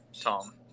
Tom